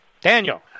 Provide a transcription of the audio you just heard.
Daniel